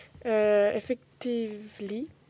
Effectively